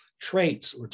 traits